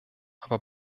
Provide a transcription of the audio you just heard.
aber